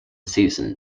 season